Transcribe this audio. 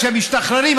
כשהם משתחררים,